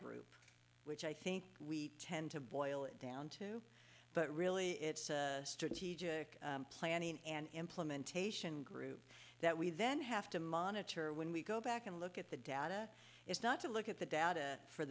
group which i think we tend to boil it down to but really it's strategic planning and implementation group that we then have to monitor when we go back and look at the data it's not to look at the data for